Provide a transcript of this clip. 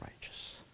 righteous